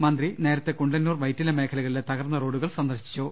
മന്ത്രി നേരത്തെ കുണ്ടന്നൂർ വൈറ്റില മേഖല കളിലെ തകർന്ന റോഡുകൾ സന്ദർശിച്ചു